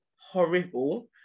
horrible